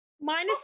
Minus